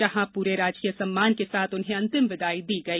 जहां पूरे राजकीय सम्मान के साथ उन्हें अंतिम विदाई दी गई